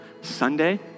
Sunday